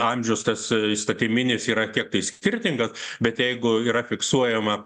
amžius tas įstatyminis yra kiek tai skirtingas bet jeigu yra fiksuojama